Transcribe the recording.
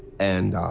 and,